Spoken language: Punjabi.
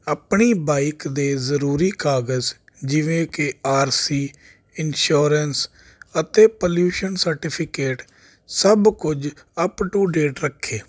ਆਪਣੀ ਬਾਈਕ ਦੇ ਜ਼ਰੂਰੀ ਕਾਗਜ਼ ਜਿਵੇਂ ਕਿ ਆਰ ਸੀ ਇਨਸ਼ੋਰੈਂਸ ਅਤੇ ਪਲਿਊਸ਼ਨ ਸਰਟੀਫਿਕੇਟ ਸਭ ਕੁਝ ਅਪ ਟੂ ਡੇਟ ਰੱਖੇ